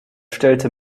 stellte